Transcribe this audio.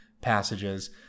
passages